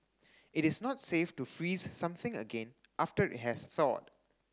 it is not safe to freeze something again after it has thawed